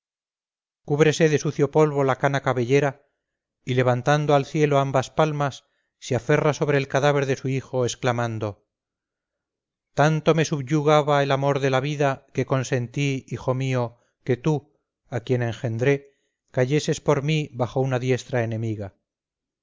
cúbrese de sucio polvo la cana cabellera y levantando al cielo ambas palmas se aferra sobre el cadáver de su hijo exclamando tanto me subyugaba el amor de la vida que consentí hijo mío que tú a quien engendré cayeses por mí bajo una diestra enemiga